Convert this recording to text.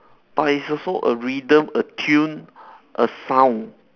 but it's also a rhythm a tune a sound